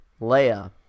Leia